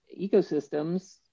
ecosystems